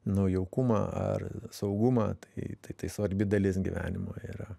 nu jaukumą ar saugumą tai tai svarbi dalis gyvenimo yra